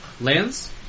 Lands